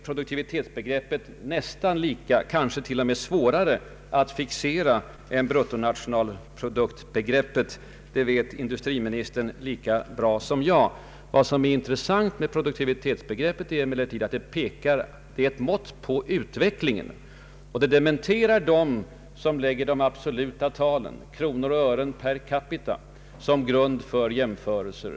Produktivitetsbegreppet är för övrigt kanske ännu svårare att fixera än bruttonationalproduktsbegreppet — det vet industriministern lika bra som jag. Vad som är intressant med produktivitetsbegreppet är att det är ett relativt mått. De som använder detta dementerar dem som vill lägga absoluta tal — kronor och ören per capita — som grund för jämförelser.